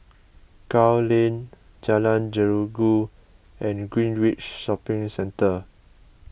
Gul Lane Jalan Jeruju and Greenridge Shopping Centre